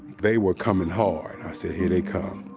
they were coming hard. i said, here they come.